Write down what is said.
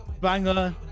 banger